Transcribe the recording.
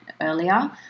earlier